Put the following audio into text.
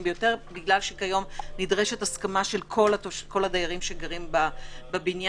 ביותר בגלל שכיום נדרשת הסכמה של כל הדיירים שגרים בבניין.